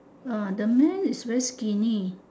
uh the man is very skinny